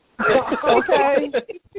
Okay